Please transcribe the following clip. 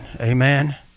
Amen